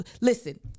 Listen